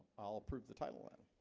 i'll approve the title and